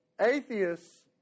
Atheists